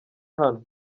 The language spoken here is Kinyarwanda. hano